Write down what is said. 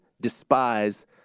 despise